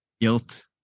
guilt